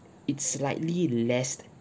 it's slightly less